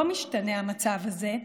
לא משתנה המצב הזה,